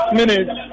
minutes